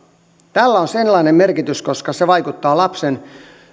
tällä on sellainen merkitys että se vaikuttaa lapsen